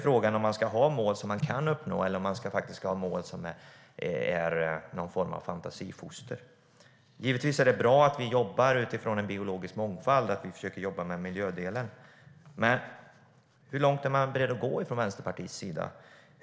Frågan är om man ska ha mål som man kan uppnå eller om man ska ha mål som är någon form av fantasifoster. Givetvis är det bra att vi jobbar utifrån en biologisk mångfald och försöker arbeta med miljödelen, men hur långt är Vänsterpartiet berett att gå?